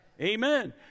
Amen